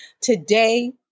Today